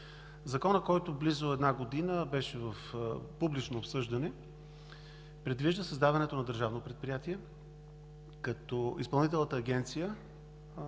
Законът, който близо една година беше публично обсъждан, предвижда създаването на държавно предприятие, като новото